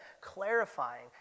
clarifying